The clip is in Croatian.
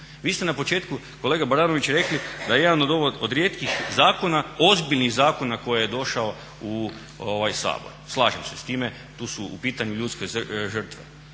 Vi ste na početku kolega Baranović rekli da je ovo jedan od rijetkih zakona, ozbiljnih zakona koji je došao u ovaj Sabor. Slažem se s time, tu su u pitanju ljudske žrtve.